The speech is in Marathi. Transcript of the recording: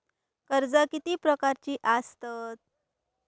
कर्जा किती प्रकारची आसतत